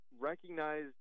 recognize